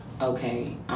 Okay